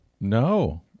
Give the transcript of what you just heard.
No